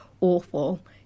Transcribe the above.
awful